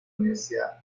universidad